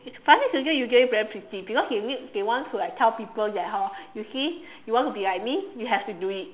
plastic surgeon usually very pretty because you need they want to like tell people that hor you see you want to be like me you have to do it